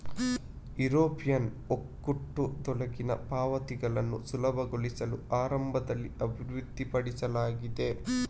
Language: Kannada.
ಯುರೋಪಿಯನ್ ಒಕ್ಕೂಟದೊಳಗೆ ಪಾವತಿಗಳನ್ನು ಸುಲಭಗೊಳಿಸಲು ಆರಂಭದಲ್ಲಿ ಅಭಿವೃದ್ಧಿಪಡಿಸಲಾಗಿದೆ